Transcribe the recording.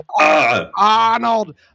Arnold